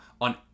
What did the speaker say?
on